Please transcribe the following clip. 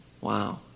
Wow